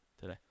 today